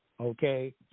okay